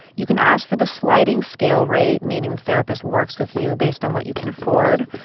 you can ask for the sliding scale rate, meaning the therapist works with you based on what you can afford.